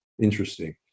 interesting